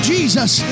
Jesus